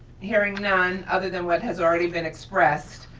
hearing none other than what has already been expressed,